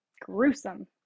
gruesome